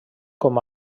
com